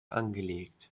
angelegt